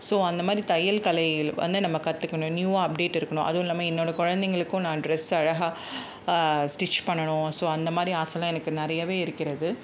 so அந்த மாதிரி தையல் கலையில் வந்து நம்ம கற்றுக்குணும் நியூவ்வாக அப்டேட் இருக்கணும் அதுவும் இல்லாமல் என்னோடய குழந்தைங்களுக்கும் நான் ட்ரெஸ் அழகாக ஸ்டிச் பண்ணணும் ஸோ அந்த மாதிரி ஆசைலாம் எனக்கு நிறையாவே இருக்கிறது